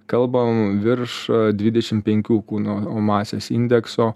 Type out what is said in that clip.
kalbam virš dvidešim penkių kūno masės indekso